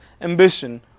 ambition